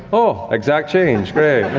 oh, exact change, great.